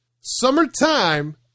summertime